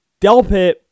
Delpit